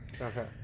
Okay